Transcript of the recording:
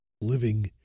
living